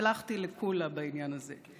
הלכתי לקולא בעניין הזה.